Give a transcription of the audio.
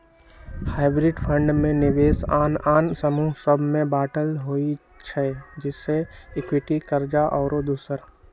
hybrid fund में निवेश आन आन समूह सभ में बाटल होइ छइ जइसे इक्विटी, कर्जा आउरो दोसर